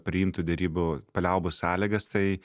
priimtų derybų paliaubų sąlygas tai